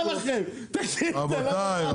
רבותיי,